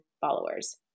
followers